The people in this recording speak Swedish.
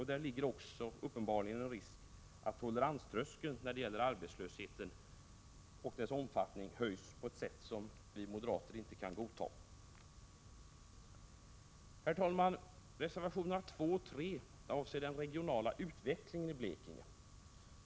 Däri ligger uppenbarligen också en risk att toleranströskeln när det gäller arbetslösheten och dess omfattning höjs på ett sätt som vi moderater inte kan godta. Herr talman! Reservationerna 2 och 3 avser den regionala utvecklingen i Blekinge.